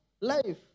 life